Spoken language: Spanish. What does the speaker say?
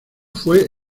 fue